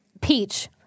Peach